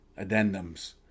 addendums